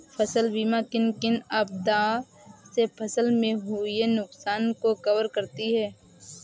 फसल बीमा किन किन आपदा से फसल में हुए नुकसान को कवर करती है